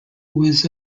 was